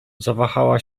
zawahała